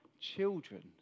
children